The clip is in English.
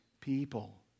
people